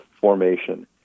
formation